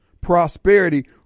prosperity